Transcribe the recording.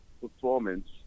performance